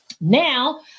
Now